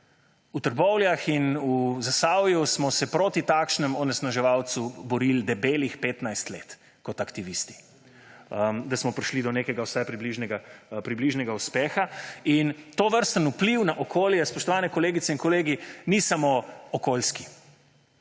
V Trbovljah in v Zasavju smo se proti takšnemu onesnaževalcu borili debelih petnajst let kot aktivisti, da smo prišli do nekega vsaj približnega uspeha. Tovrsten vpliv na okolje, spoštovane kolegice in kolegi, ni samo okoljski.